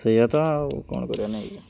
ସେୟା ତ ଆଉ କ'ଣ କରିବା ନାଇଁ କି